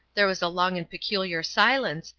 there was a long and peculiar silence,